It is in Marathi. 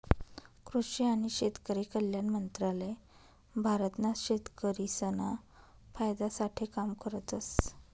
कृषि आणि शेतकरी कल्याण मंत्रालय भारत ना शेतकरिसना फायदा साठे काम करतस